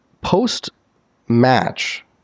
post-match